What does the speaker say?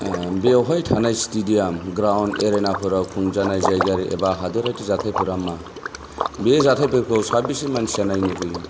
बेयावहाय थानाय stadium ground एनेरा फोराव खुंजानाय जायगायारि एबा हादरारि जाथायफोरा मा बे जाथायफोरखौ साबेसे मानसिया नायनो फैयो